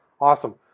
Awesome